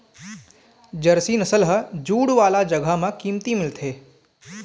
Jersey नसल ह जूड़ वाला जघा म कमती मिलथे